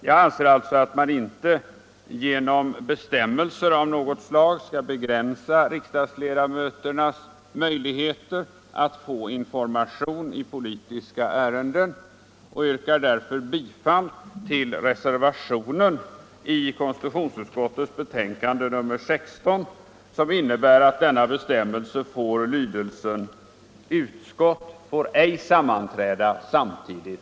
Jag anser alltså att man inte genom bestämmelser av något slag skall begränsa riksdagsledamöternas möjligheter att få information i politiska ärenden och yrkar därför bifall till reservationen vid konstitutionsutskot